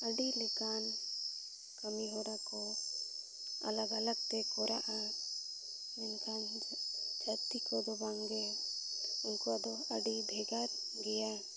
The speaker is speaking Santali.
ᱟᱹᱰᱤ ᱞᱮᱠᱟᱱ ᱠᱟᱹᱢᱤ ᱦᱚᱨᱟ ᱠᱚ ᱟᱞᱟᱜ ᱟᱞᱟᱜᱛᱮ ᱢᱮᱱᱠᱷᱟᱱ ᱡᱟ ᱡᱟᱛᱤ ᱠᱚᱫᱚ ᱵᱟᱝᱜᱮ ᱩᱱᱠᱩᱣᱟᱜ ᱫᱚ ᱟᱹᱰᱤ ᱵᱷᱮᱜᱟᱨ ᱜᱮᱭᱟ